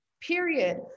period